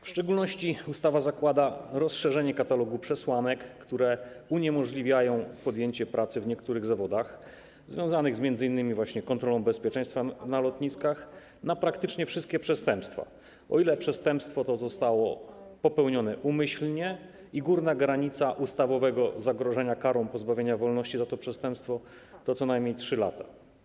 W szczególności ustawa zakłada rozszerzenie katalogu przesłanek, które uniemożliwiają podjęcie pracy w niektórych zawodach związanych m.in. z kontrolą bezpieczeństwa na lotniskach na praktycznie wszystkie przestępstwa, o ile przestępstwo to zostało popełnione umyślnie, a górna granica ustawowego zagrożenia karą pozbawienia wolności za to przestępstwo wynosi co najmniej 3 lata.